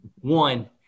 One